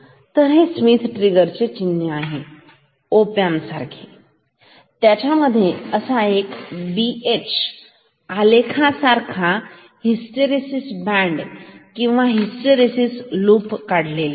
तर हे Schmitt trigger चे चिन्ह असे आहे ओ पॅन्मप सारखे आणि त्यांच्या मध्ये असे बीएच आलेखासारखे हिस्टरेसीस बँड किंवा हिस्टरेसीस लूप आहे